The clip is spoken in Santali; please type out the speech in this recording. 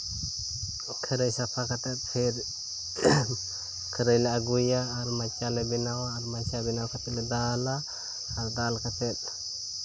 ᱠᱷᱟᱹᱨᱟᱹᱭ ᱥᱟᱯᱷᱟ ᱠᱟᱛᱮ ᱯᱷᱮᱨ ᱠᱷᱟᱹᱨᱟᱹᱭ ᱞᱮ ᱟᱹᱜᱩᱭᱟ ᱟᱨ ᱢᱟᱸᱪᱟ ᱞᱮ ᱵᱮᱱᱟᱣᱟ ᱟᱨ ᱢᱟᱸᱪᱟ ᱵᱮᱱᱟᱣ ᱠᱟᱛᱮ ᱞᱮ ᱫᱟᱞᱟ ᱟᱨ ᱫᱟᱞ ᱠᱟᱛᱮ